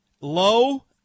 low